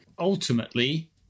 Ultimately